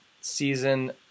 season